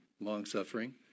long-suffering